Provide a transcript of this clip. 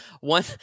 one